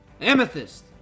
Amethyst